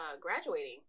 graduating